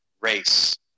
race